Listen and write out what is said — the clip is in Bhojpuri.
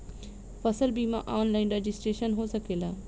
फसल बिमा ऑनलाइन रजिस्ट्रेशन हो सकेला?